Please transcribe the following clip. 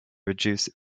reduce